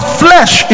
flesh